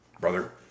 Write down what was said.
Brother